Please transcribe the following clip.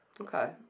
Okay